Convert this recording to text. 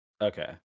Okay